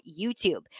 YouTube